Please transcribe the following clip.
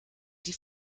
die